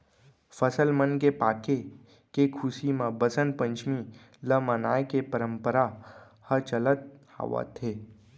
फसल मन के पाके के खुसी म बसंत पंचमी ल मनाए के परंपरा ह चलत आवत हे